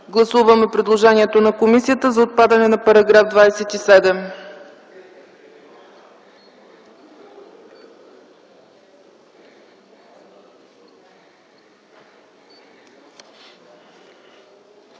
гласуване предложението на комисията за отпадане на вариант ІІ.